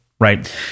right